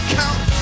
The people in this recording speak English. count